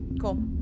cool